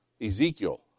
Ezekiel